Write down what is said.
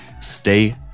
stay